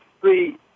three